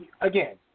again